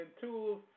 tools